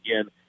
again